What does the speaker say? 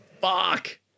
Fuck